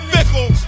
Fickle